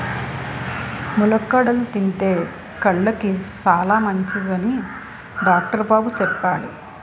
ములక్కాడలు తింతే కళ్ళుకి సాలమంచిదని డాక్టరు బాబు సెప్పాడు